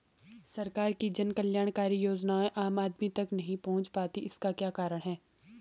सरकार की जन कल्याणकारी योजनाएँ आम आदमी तक नहीं पहुंच पाती हैं इसका क्या कारण है?